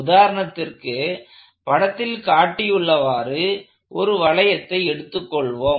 உதாரணத்திற்கு படத்தில் காட்டியுள்ளவாறு ஒரு வளையத்தை எடுத்துக் கொள்வோம்